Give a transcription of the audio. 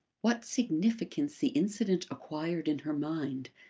what significance the incident acquired in her mind,